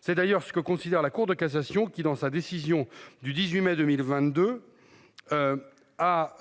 C'est d'ailleurs ce que considère la Cour de cassation qui dans sa décision du 18 mai 2022. A.